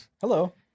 hello